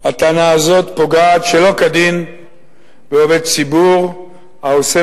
הטענה הזאת פוגעת שלא כדין בעובד ציבור העושה